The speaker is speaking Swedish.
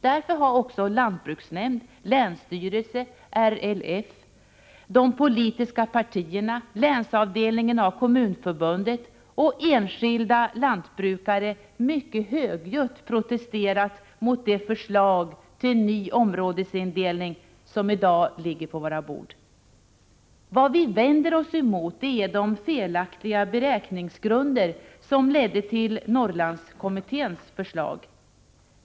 Därför har också lantbruksnämnd, länsstyrelse, LRF, de politiska partierna, länsavdelningen av Kommunförbundet och enskilda lantbrukare mycket högljutt protesterat mot det förslag till ny områdesindelning som i dag ligger på våra bord. Vad vi vänder oss emot är de felaktiga beräkningsgrunder som ledde till Norrlandskommitténs förslag.